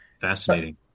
Fascinating